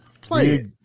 Play